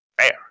fair